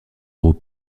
gros